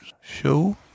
Show